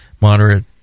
Moderate